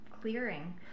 clearing